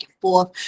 forth